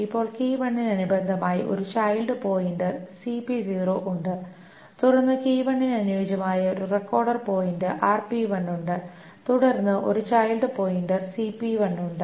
ഇപ്പോൾ ന് അനുബന്ധമായി ഒരു ചൈൽഡ് പോയിന്റർ ഉണ്ട് തുടർന്ന് ന് അനുയോജ്യമായ ഒരു റെക്കോർഡ് പോയിന്റർ ഉണ്ട് തുടർന്ന് ഒരു ചൈൽഡ് പോയിന്റർ ഉണ്ട്